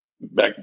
back